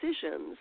decisions